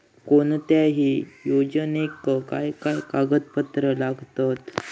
कोणत्याही योजनेक काय काय कागदपत्र लागतत?